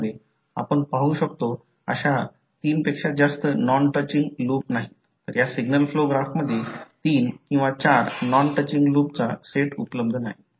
जर एखाद्या कॉइलच्या डॉट असलेल्या टर्मिनलमध्ये एखादा करंट गेला तर दुसऱ्या कॉइलमधील म्युच्युअल व्होल्टेजची रेफरन्स पोलारिटी दुसऱ्या कॉइलच्या डॉटेड टर्मिनलवर पॉझिटिव्ह असते